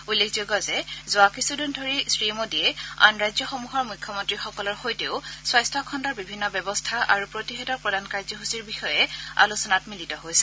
উল্লেখযোগ্য যে যোৱা কিছুদিন ধৰি শ্ৰীমোদীয়ে আন ৰাজ্যসমূহৰ মুখ্যমন্ত্ৰীসকলৰ সৈতেও স্বাস্থ্য খণুৰ বিভিন্ন ব্যৱস্থা আৰু প্ৰতিষেধক প্ৰদান কাৰ্যসূচীৰ বিষয়ে আলোচনাত মিলিত হৈছে